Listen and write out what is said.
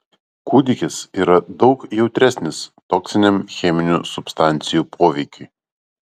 kūdikis yra daug jautresnis toksiniam cheminių substancijų poveikiui